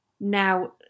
now